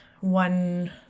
one